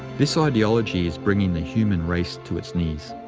this ah ideology is bringing the human race to its knees.